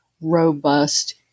robust